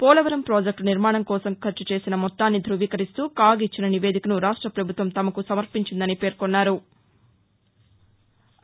Polavaram project నిర్మాణం కోసం చేసిన ఖర్చును ధృవీకరిస్తూ కాగ్ ఇచ్చిన నివేదికను రాష్ట్ర పభుత్వం తమకు సమర్పించిందన్నారు